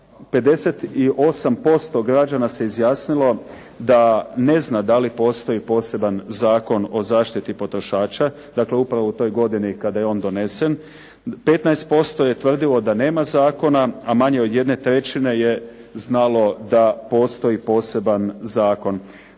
58% građana se izjasnilo da ne zna da li postoji poseban Zakon o zaštiti potrošača, dakle upravo u toj godini kada je on donesen. 15% je tvrdilo da nema zakona, a manje od jedne trećine je znalo da postoji poseban zakon.